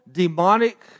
demonic